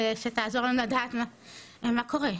שתעזור לנו לדעת מה קורה.